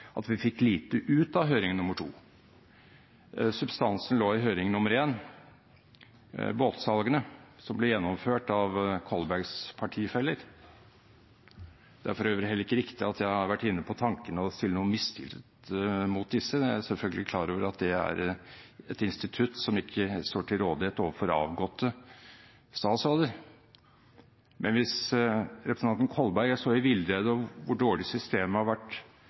høring nr. 1, om båtsalgene som ble gjennomført av Kolbergs partifeller. Det er for øvrig heller ikke riktig at jeg har vært inne på tanken å stille noe mistillitsforslag mot disse. Jeg er selvfølgelig klar over at det er et institutt som ikke står til rådighet overfor avgåtte statsråder. Men hvis representanten Kolberg er så i villrede om hvor dårlig systemet har vært